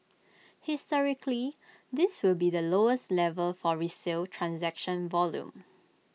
historically this will be the lowest level for resale transaction volume